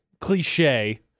cliche